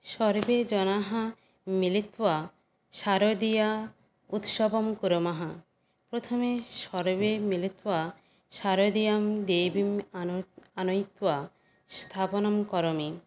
सर्वे जनाः मिलित्वा शारदीय उत्सवं कुर्मः प्रथमे सर्वे मिलित्वा शारदीयं देवीम् आनयित्वा स्थापनं करोमी